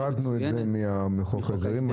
הפרדנו את זה מחוק ההסדרים,